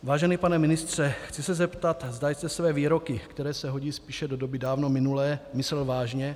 Vážený pane ministře, chci se zeptat, zda jste své výroky, které se hodí spíše do doby dávno minulé, myslel vážně.